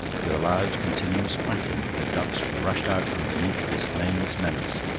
with a loud, continuous quacking the ducks rushed out from beneath this nameless menace,